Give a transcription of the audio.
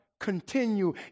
Continue